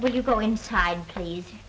when you go inside please